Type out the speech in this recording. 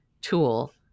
tool